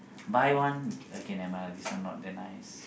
buy one okay nevermind lah this one not that nice